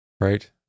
right